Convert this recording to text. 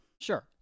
Sure